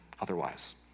otherwise